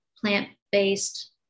plant-based